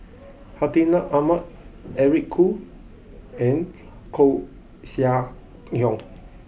Hartinah Ahmad Eric Khoo and Koeh Sia Yong